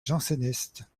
jansénistes